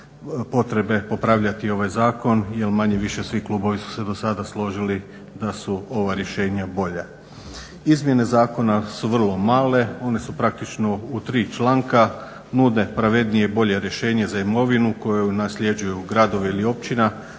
potrebe popravljati ovaj zakon jel manje-više svi klubovi su se do sada složili da su ova rješenja bolja. Izmjene zakona su vrlo male, one su praktično u tri članka. Nude pravednije i bolje rješenje za imovinu koju nasljeđuju gradovi ili općina